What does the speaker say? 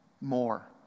more